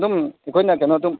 ꯑꯗꯨꯝ ꯑꯩꯈꯣꯏꯅ ꯀꯩꯅꯣ ꯑꯗꯨꯝ